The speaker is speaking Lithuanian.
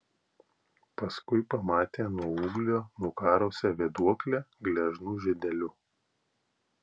paskui pamatė nuo ūglio nukarusią vėduoklę gležnų žiedelių